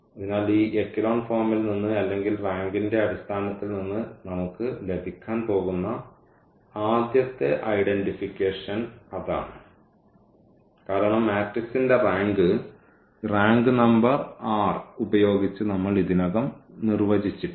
അതിനാൽ ഈ എക്കലോൺ ഫോമിൽ നിന്ന് അല്ലെങ്കിൽ റാങ്കിന്റെ അടിസ്ഥാനത്തിൽ നമുക്ക് ലഭിക്കാൻ പോകുന്ന ആദ്യത്തെ ഐഡന്റിഫിക്കേഷൻ അതാണ് കാരണം മാട്രിക്സിന്റെ റാങ്ക് ഈ നമ്പർ r ഉപയോഗിച്ച് നമ്മൾ ഇതിനകം നിർവചിച്ചിട്ടുണ്ട്